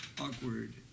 awkward